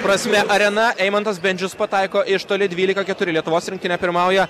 prasme arena eimantas bendžius pataiko iš toli dvylika keturi lietuvos rinktinė pirmauja